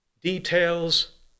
details